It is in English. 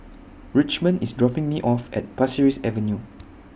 Richmond IS dropping Me off At Pasir Ris Avenue